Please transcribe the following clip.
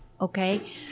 okay